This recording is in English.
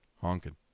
honking